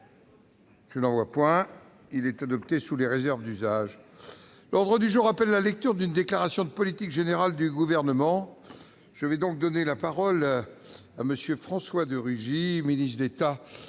Le procès-verbal est adopté sous les réserves d'usage. L'ordre du jour appelle la lecture d'une déclaration de politique générale du Gouvernement. Je donne la parole à M. François de Rugy, ministre d'État,